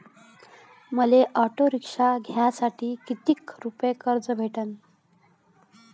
मले auto rickshaw घ्यासाठी कितीक रुपयाच कर्ज भेटनं?